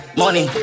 money